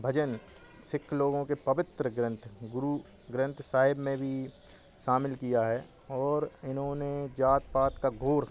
भजन सिक्ख लोगों के पवित्र ग्रंथ गुरु ग्रंथ साहिब में भी शामिल किया है और इन्होंने जात पात का घोर